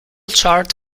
chart